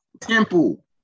Temple